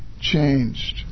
changed